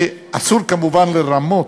שאסור כמובן לרמות,